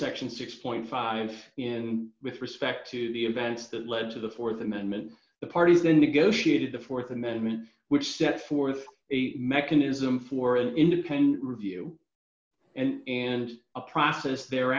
section six point five in with respect to the events that led to the th amendment the parties the negotiators the th amendment which set forth a mechanism for an independent review and and a process there